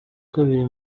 kabiri